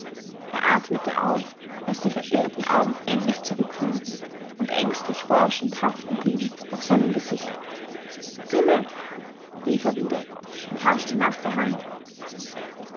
er atmete auf als die verirrten augen endlich zurückfanden und ängstlich forschend haften blieben auf seinem gesicht simmel rief er wieder und haschte nach der hand